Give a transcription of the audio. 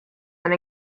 and